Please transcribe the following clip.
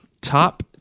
top